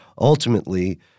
ultimately